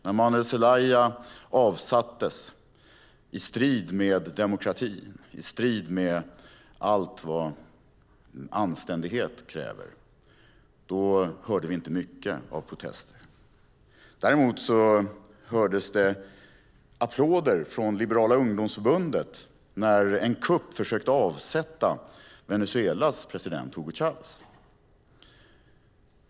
När Manuel Zelaya avsattes i strid med demokrati och i strid med allt vad anständighet kräver hörde vi inte mycket av protester. Däremot hördes det applåder från Liberala ungdomsförbundet när man genom en kupp försökte avsätta Venezuelas president Hugo Chávez.